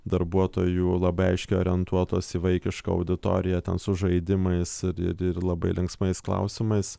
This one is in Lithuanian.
darbuotojų labai aiškiai orientuotos į vaikišką auditoriją ten su žaidimais ir ir labai linksmais klausimais